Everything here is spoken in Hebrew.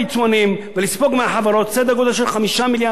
ולספוג מהחברות סדר-גודל של 5 מיליארד שקל.